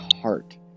heart